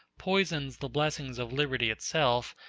poisons the blessings of liberty itself,